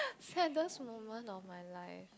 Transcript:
saddest moment of my life